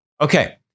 okay